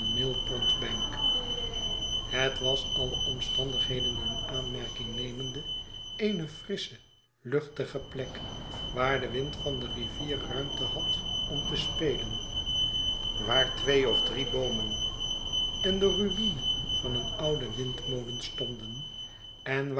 mill pond bank het was alle omstandigheden in aanmerking nemende eene frissche luchtige plek waar de wind van de rivier ruimte had ora te spelen waar twee of drie boomen en de ru'ine van een ouden windmolen stonden en